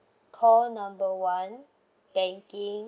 call number one banking